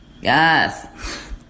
yes